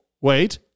wait